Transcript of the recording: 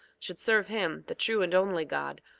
should serve him, the true and only god,